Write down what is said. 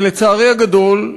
לצערי הגדול,